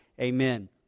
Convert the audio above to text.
Amen